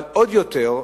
אבל עוד יותר,